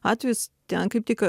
atvejis ten kaip tik